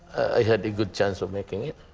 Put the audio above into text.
i had a good chance of making it?